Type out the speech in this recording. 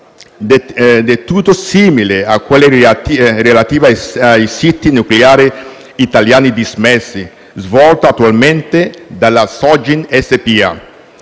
tutto simili a quelle relative ai siti nucleari italiani dismessi, svolte attualmente dalla Sogin SpA.